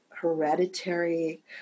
hereditary